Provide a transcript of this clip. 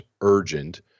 urgent